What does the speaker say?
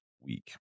week